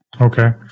Okay